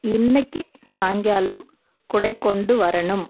இன்னைக்கு சாயங்காலம் குடை கொண்டு வரணும்